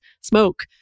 smoke